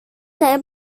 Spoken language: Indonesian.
saya